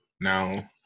Now –